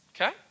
Okay